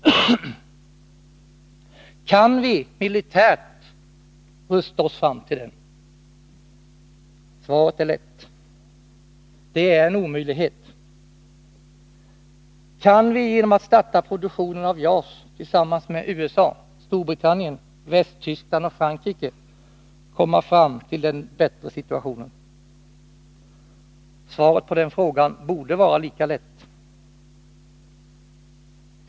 Kan vi militärt rusta oss fram till den? Svaret är lätt. Det är en omöjlighet. Kan vi genom att starta produktionen av JAS tillsammans med USA, Storbritannien, Västtyskland och Frankrike uppnå en bättre situation? Svaret på den frågan borde vara lika lätt.